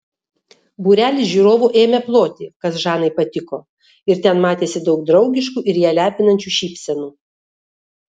būrelis žiūrovų ėmė ploti kas žanai patiko ir ten matėsi daug draugiškų ir ją lepinančių šypsenų